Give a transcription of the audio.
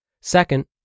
Second